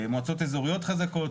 מועצות אזוריות חזקות,